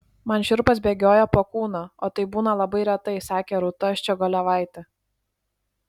man šiurpas bėgioja po kūną o tai būna labai retai sakė rūta ščiogolevaitė